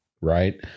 right